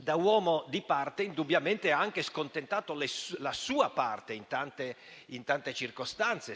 Da uomo di parte, però, indubbiamente ha anche scontentato la sua parte in tante circostanze: